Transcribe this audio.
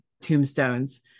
tombstones